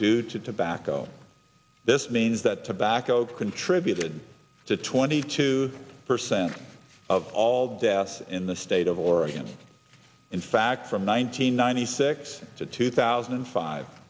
due to tobacco this means that tobacco contributed to twenty two percent of all deaths in the state of oregon in fact from one nine hundred ninety six to two thousand and five